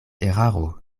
eraro